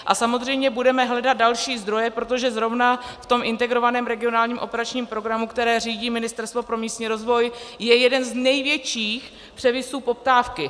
A samozřejmě budeme hledat další zdroje, protože zrovna v tom Integrovaném regionálním operačním programu, který řídí Ministerstvo pro místní rozvoj, je jeden z největších převisů poptávky.